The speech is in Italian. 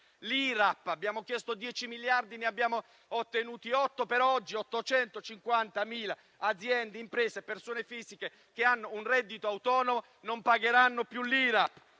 l'Irap: abbiamo chiesto 10 miliardi, ne abbiamo ottenuti otto, ma oggi 850.000 aziende, imprese e persone fisiche, che hanno un reddito autonomo, non pagheranno più l'Irap.